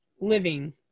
living